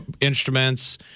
instruments